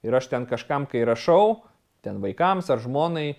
ir aš ten kažkam kai rašau ten vaikams ar žmonai